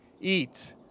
eat